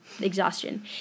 exhaustion